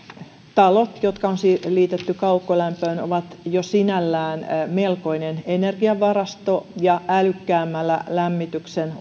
talot jotka on liitetty kaukolämpöön ovat jo sinällään melkoinen energiavarasto ja älykkäämmällä lämmityksen